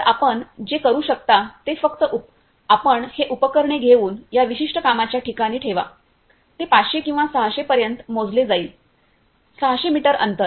तर आपण जे करू शकता ते फक्त आपण हे उपकरणे घेऊन त्या विशिष्ट कामाच्या ठिकाणी ठेवा ते 500 किंवा 600 पर्यंत मोजले जाईल 600 मीटर अंतर